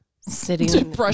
sitting